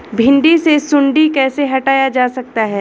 भिंडी से सुंडी कैसे हटाया जा सकता है?